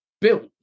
Built